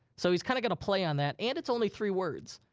so he's kinda got a play on that. and it's only three words.